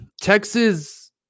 Texas